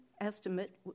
estimate